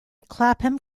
clapham